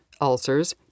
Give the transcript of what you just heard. ulcers